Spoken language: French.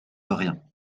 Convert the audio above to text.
rien